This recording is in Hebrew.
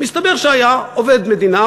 מסתבר שהיה עובד מדינה,